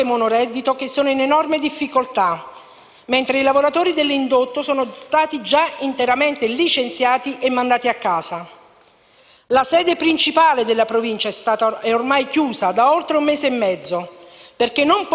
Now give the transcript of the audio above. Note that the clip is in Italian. La sede principale della Provincia è ormai chiusa da oltre un mese e mezzo, perché non potendo la Provincia rinnovare il contratto alla società di pulizie, non sono state garantite le condizioni igienico-sanitarie